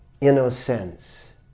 innocence